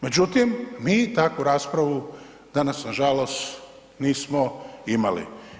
Međutim, mi takvu raspravu danas nažalost nismo imali.